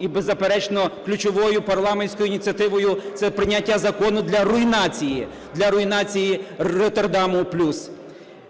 І беззаперечно ключовою парламентською ініціативою – це прийняття закону для руйнації, для руйнації "Роттердам плюс".